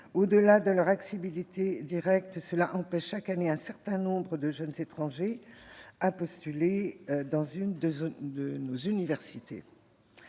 Au-delà de leur accessibilité directe, cela empêche chaque année un certain nombre de jeunes étrangers de postuler dans l'une de nos universités.